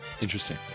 interesting